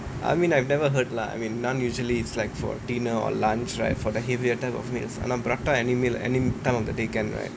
I mean I've never heard lah I mean naan usually it's like for dinner or lunch right for the heavier type of meals ஆனா:aanaa prata meal any time of the day can right